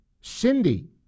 Cindy